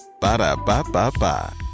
Ba-da-ba-ba-ba